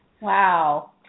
Wow